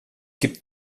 gibt